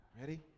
Ready